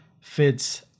fits